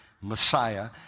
Messiah